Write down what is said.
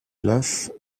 glaces